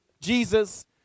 Jesus